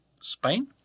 Spain